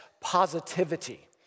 positivity